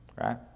Right